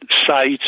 sites